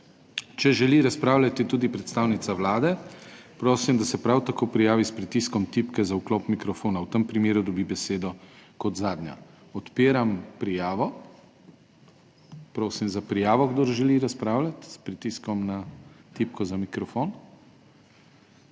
Če želi razpravljati tudi predstavnica Vlade, prosim, da se prav tako prijavi s pritiskom tipke za vklop mikrofona, v tem primeru dobi besedo kot zadnja. Odpiram prijavo. Prosim za prijavo, kdor želi razpravljati s pritiskom na tipko za mikrofon.